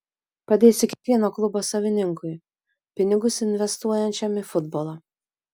padėsiu kiekvieno klubo savininkui pinigus investuojančiam į futbolą